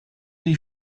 les